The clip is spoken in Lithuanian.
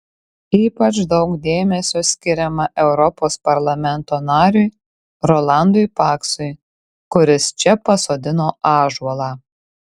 ypač daug dėmesio skiriama europos parlamento nariui rolandui paksui kuris čia pasodino ąžuolą